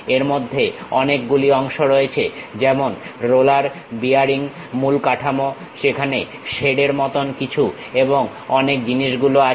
এরমধ্যে অনেকগুলি অংশ রয়েছে যেমন রোলার বিয়ারিং মূল কাঠামো সেখানে শেড এর মতন কিছু এবং অনেক জিনিস গুলো আছে